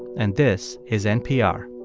and this is npr